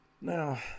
now